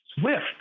swift